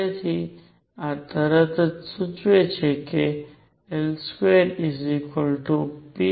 તેથી આ તરત જ સૂચવે છે કે L2p2p2